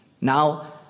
Now